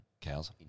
cows